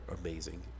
amazing